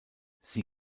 sie